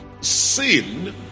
sin